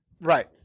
Right